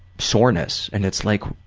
soreness, and it's like,